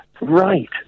Right